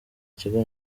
kigo